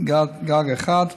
גג אחת